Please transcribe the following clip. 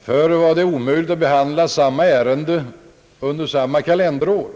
Förr var det omöjligt att behandla samma ärende två gånger under samma kalenderår.